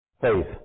Faith